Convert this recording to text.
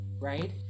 right